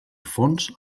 fons